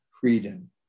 freedom